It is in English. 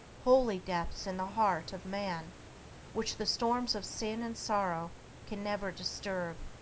holy depths in the heart of man which the storms of sin and sorrow can never disturb.